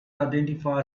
identify